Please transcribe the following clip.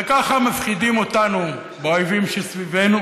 וככה מפחידים אותנו באויבים שסביבנו,